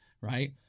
Right